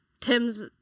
tim's